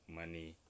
money